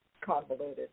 convoluted